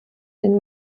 den